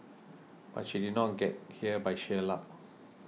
but she did not get here by sheer luck